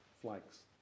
flags